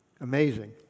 Amazing